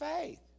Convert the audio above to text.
faith